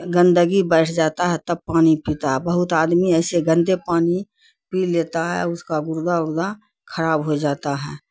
گندگی بیٹھ جاتا ہے تب پانی پیتا ہے بہت آدمی ایسے گندے پانی پی لیتا ہے اور اس کا گردا اردا خراب ہو جاتا ہے